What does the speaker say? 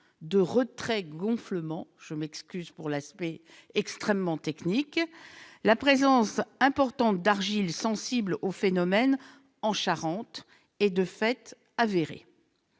de retrait-gonflement- je m'excuse pour l'aspect extrêmement technique de ma réponse. La présence importante d'argile sensible au phénomène en Charente est de fait avérée.